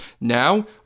Now